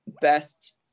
best